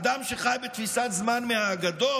אדם שחי בתפיסת זמן מהאגדות,